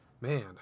Man